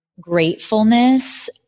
gratefulness